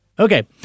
Okay